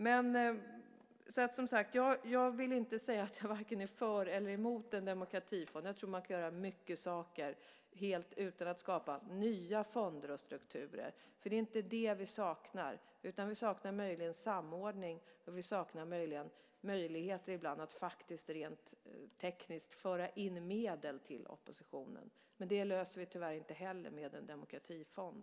Jag vill, som sagt, inte säga att jag är vare sig för eller mot en demokratifond. Jag tror att man kan göra många saker helt utan att skapa nya fonder och strukturer. Det är inte det vi saknar, utan möjligen saknar vi en samordning och ibland möjligheter att faktiskt rent tekniskt föra in medel till oppositionen. Inte heller det löser vi tyvärr med en demokratifond.